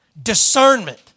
Discernment